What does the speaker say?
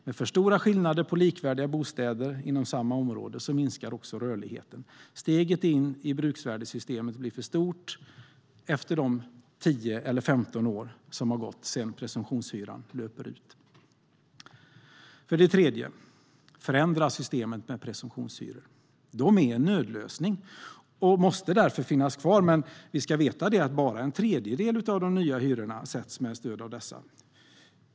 Med för stora skillnader mellan likvärdiga bostäder inom samma område minskar rörligheten. Steget in i bruksvärdessystemet blir för stort efter 10 eller 15 år, när presumtionshyran löper ut. För det tredje vill vi förändra systemet med presumtionshyror. De är en nödlösning som måste finnas kvar, men vi ska veta att bara en tredjedel av de nya hyrorna sätts med stöd av dessa.